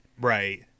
right